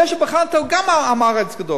זה שבחן אותה הוא גם עם-הארץ גדול,